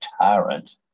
tyrant